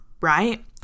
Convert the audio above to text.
right